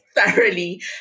thoroughly